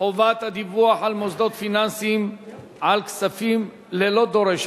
חובת הדיווח על מוסדות פיננסיים על כספים ללא דורש,